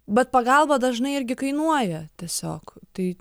bet pagalba dažnai irgi kainuoja tiesiog tai